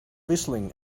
whistling